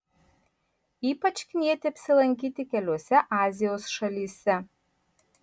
ypač knieti apsilankyti keliose azijos šalyse